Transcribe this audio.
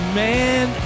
man